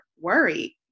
worried